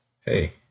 hey